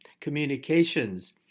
communications